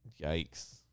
Yikes